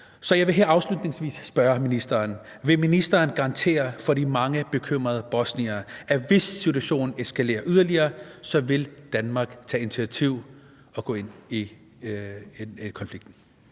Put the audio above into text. Så jeg vil her afslutningsvis spørge ministeren: Vil ministeren garantere over for de mange bekymrede bosniere, at hvis situationen eskalerer yderligere, så vil Danmark tage initiativ og gå ind i en konflikt?